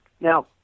Now